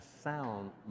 sound